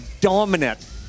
dominant